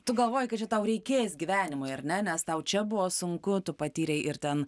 tu galvoji kad čia tau reikės gyvenimui ar ne nes tau čia buvo sunku tu patyrei ir ten